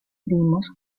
primos